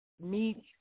meet